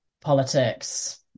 politics